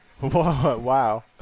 Wow